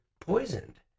poisoned